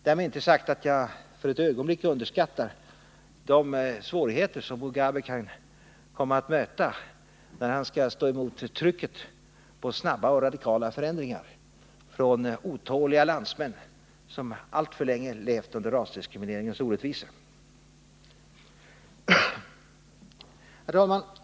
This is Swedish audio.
Därmed är inte sagt att jag för ett ögonblick underskattar de svårigheter som Mugabe kan komma att möta att stå emot trycket på snabba och radikala förändringar från otåliga landsmän, som alltför länge levt under rasdiskrimineringens orättvisor. Herr talman!